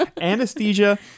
anesthesia